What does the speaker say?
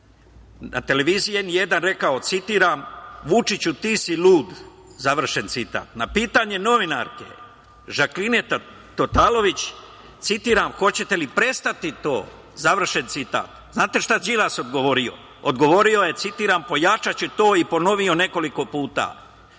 na televiziji N1 rekao, citiram: „Vučiću, ti si lud“, završen citat. Na pitanje novinarke Žakline Tatalović, citiram: „Hoćete li prestati to?“, završen citat, znate li šta je Đilas odgovorio? Odgovorio je, citiram: „Pojačaću to“ i ponovio nekoliko puta.